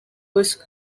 was